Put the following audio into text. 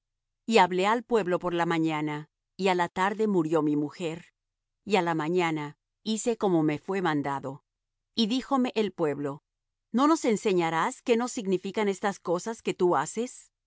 y hablé al pueblo por la mañana y á la tarde murió mi mujer y á la mañana hice como me fué mandado y díjome el pueblo no nos enseñarás qué nos significan estas cosas que tú haces